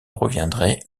reviendrait